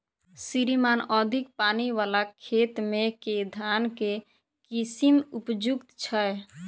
श्रीमान अधिक पानि वला खेत मे केँ धान केँ किसिम उपयुक्त छैय?